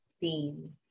theme